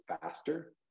faster